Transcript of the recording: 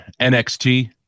NXT